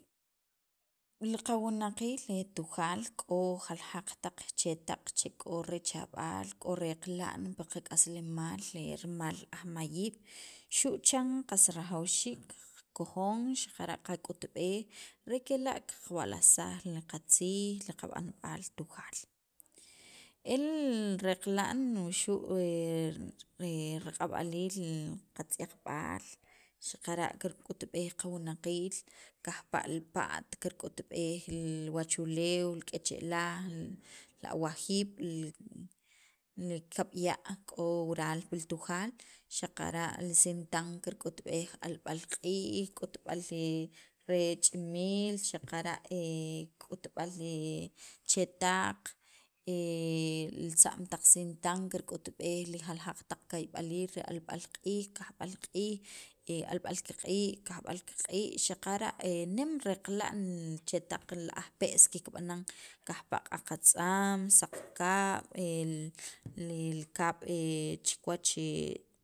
li qawunaqiil Tujaal k'o jaljaq taq chetaq che k'o rechab'al pil qak'aslemaal rimal aj mayiib' xu' chan qas rajwxiik qakojn xaqara' qak'utb'el re kela' qawa'lajsaj li qatziij li qab'anb'al Tujaal el reqla'n wuxu' re riq'ab'aliil qatz'yaqb'al xaqara' kirk'utb'ej li qawunaqiil kajpa' li pa't kirk'utb'ej li wachuleew k'eche'laj li awajiib' li kab' ya' k'o wural pil Tujaal, xaqara' li sintan kirk'utb'ej alb'al q'iij k'utb'al re ch'imiil xaqara' k'utb'al chetaq ritza'm taq sintan kirk'utb'ej li jaljaq taq kayb'aliil re alb'al q'iij, qajb'al q'iij, alb'al kiq'iiq', qajb'al kiq'iiq' xaqara' nem reqla'n chetaq aj pe's kikb'anan, kajpa' atza'm, saq kab', li kab' chi kiwach